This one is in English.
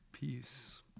peace